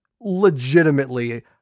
legitimately